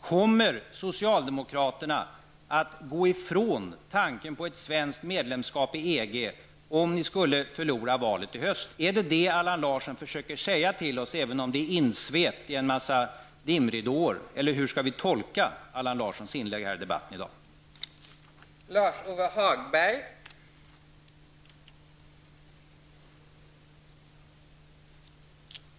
Kommer socialdemokraterna att gå ifrån tanken på ett svenskt medlemskap i EG om ni skulle förlora valet i höst? Är det det Allan Larsson försöker säga till oss -- även om det är insvept i dimridåer -- eller hur skall vi tolka Allan Larssons inlägg i dagens debatt?